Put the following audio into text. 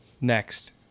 next